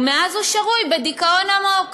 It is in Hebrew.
ומאז הוא שרוי בדיכאון עמוק,